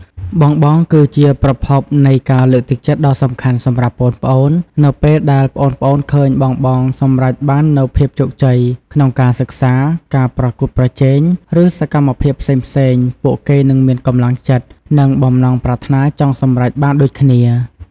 បងៗគឺជាប្រភពនៃការលើកទឹកចិត្តដ៏សំខាន់សម្រាប់ប្អូនៗ នៅពេលដែលប្អូនៗឃើញបងៗ សម្រេចបាននូវភាពជោគជ័យ ក្នុងការសិក្សា ការប្រកួតប្រជែង ឬសកម្មភាពផ្សេងៗ ពួកគេនឹងមាន កម្លាំងចិត្ត និងបំណងប្រាថ្នាចង់សម្រេចបានដូចគ្នា ។